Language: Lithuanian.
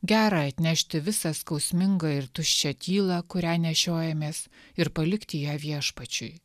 gera atnešti visą skausmingą ir tuščią tylą kurią nešiojamės ir palikti ją viešpačiui